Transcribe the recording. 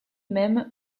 même